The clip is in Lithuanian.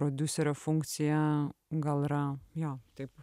prodiuserio funkcija gal yra jo taip